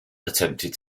attempted